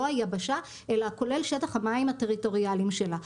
היבשה אלא הכולל שטח המים הטריטוריאליים שלה.